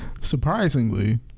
surprisingly